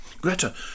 Greta